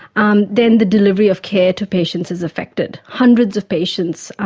um then the delivery of care to patients is affected hundreds of patients,